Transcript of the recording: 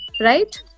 Right